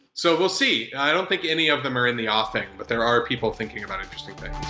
so we'll see. i don't think any of them are in the awe thing, but there are people thinking about interesting things.